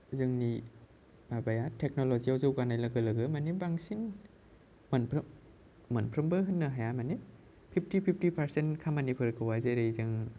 जोंनि माबाया टेकन'लजिआव जौगानाय लोगो लोगो माने बांसिन मोनफ्रोम मोनफ्रोम होन्नो हाया माने फिफ्ति फिफ्ति पार्सेन्त खामानिफोरखौहाय जेरै जों